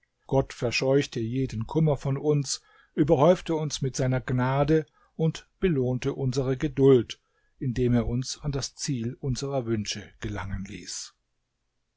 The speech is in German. gott verscheuchte jeden kummer von uns überhäufte uns mit seiner gnade und belohnte unsere geduld indem er uns an das ziel unserer wünsche gelangen ließ